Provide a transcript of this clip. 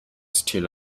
still